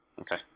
Okay